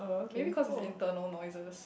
maybe cause it's internal noises